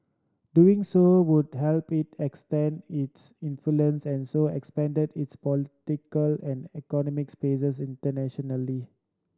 doing so would help it extend its influence and so expand its political and economic spaces internationally